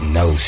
no